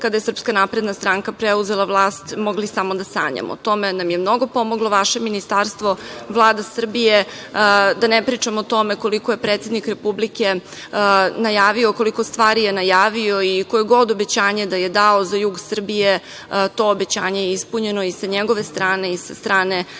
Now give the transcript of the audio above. kada je SNS preuzela vlast, mogli samo da sanjamo. U tome nam je mnogo pomoglo vaše Ministarstvo, Vlada Srbije, da ne pričam o tome koliko je predsednik Republike najavio, koliko stvari je najavio i koje god obećanje da je dao za jug Srbije, to obećanje je ispunjeno i sa njegove strane i sa strane Vlade